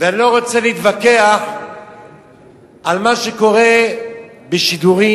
ואני לא רוצה להתווכח על מה שקורה בשידורים,